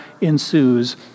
ensues